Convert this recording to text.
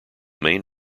main